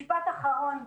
משפט אחרון,